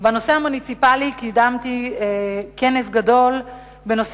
בנושא המוניציפלי קידמתי כנס גדול בנושא